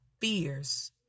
fears